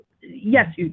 yes